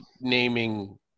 naming